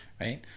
right